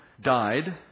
died